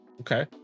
Okay